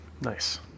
Nice